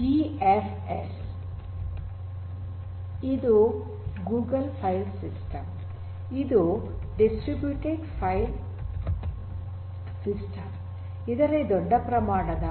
G F S ಒಂದು Google file system ಇದು distributed file system ಇದರಲ್ಲಿ ದೊಡ್ಡ ಪ್ರಮಾಣದ